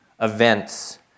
events